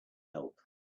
help